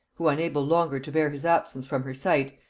who, unable longer to bear his absence from her sight,